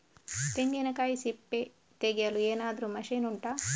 ತೆಂಗಿನಕಾಯಿ ಸಿಪ್ಪೆ ತೆಗೆಯಲು ಏನಾದ್ರೂ ಮಷೀನ್ ಉಂಟಾ